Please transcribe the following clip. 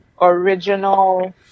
original